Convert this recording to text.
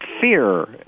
fear